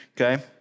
Okay